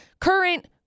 current